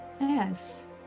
Yes